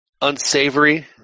unsavory